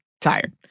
tired